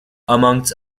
amongst